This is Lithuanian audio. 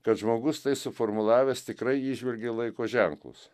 kad žmogus tai suformulavęs tikrai įžvelgė laiko ženklus